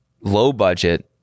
low-budget